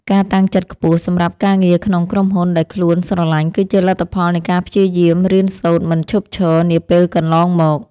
ការតាំងចិត្តខ្ពស់សម្រាប់ការងារក្នុងក្រុមហ៊ុនដែលខ្លួនស្រឡាញ់គឺជាលទ្ធផលនៃការព្យាយាមរៀនសូត្រមិនឈប់ឈរនាពេលកន្លងមក។